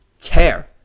tear